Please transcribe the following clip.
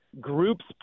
groups